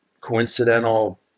coincidental